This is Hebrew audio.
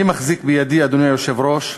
אני מחזיק בידי, אדוני היושב-ראש,